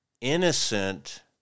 innocent